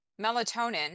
melatonin